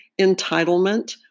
entitlement